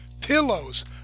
pillows